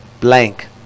blank